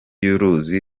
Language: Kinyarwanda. y’uruzi